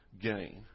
gain